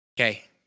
Okay